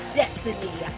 destiny